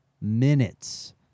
minutes